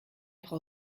frau